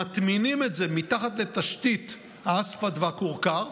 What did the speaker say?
מטמינים את זה מתחת לתשתית האספלט והכורכר,